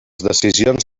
decisions